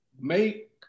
make